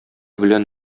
белән